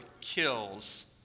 kills